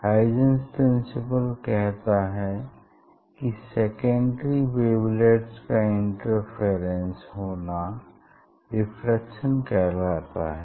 Huygens principle कहता है कि सेकेंडरी ववेलेट्स का इंटरफेरेंस होना डिफ्रैक्शन कहलाता है